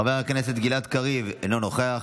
חבר הכנסת גלעד קריב, אינו נוכח,